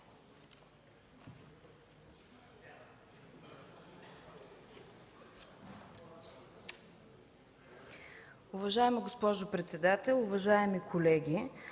Уважаема госпожо председател, уважаеми колеги!